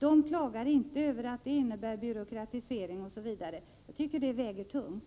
De klagar inte över att det innebär byråkratisering osv. Jag tycker att detta väger tungt.